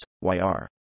Y-R